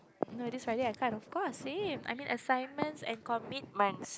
no this Friday I can't of course same I mean assignment and commitment